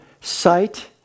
sight